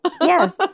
Yes